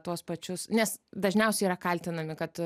tuos pačius nes dažniausiai yra kaltinami kad